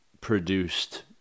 produced